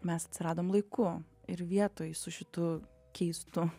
mes atsiradom laiku ir vietoj su šitu keistu